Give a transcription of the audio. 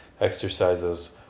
exercises